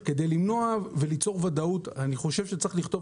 כדי למנוע וליצור ודאות אני חושב שצריך לכתוב